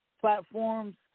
platforms